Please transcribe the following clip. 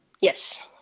Yes